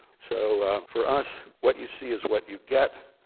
so for us, what you see is what you get,